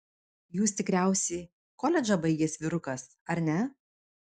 jūs tikriausiai koledžą baigęs vyrukas ar ne